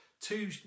two